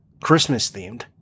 Christmas-themed